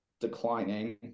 declining